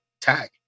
tag